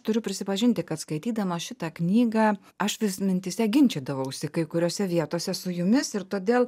turiu prisipažinti kad skaitydama šitą knygą aš vis mintyse ginčydavausi kai kuriose vietose su jumis ir todėl